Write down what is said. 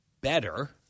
better